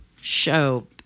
show